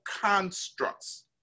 constructs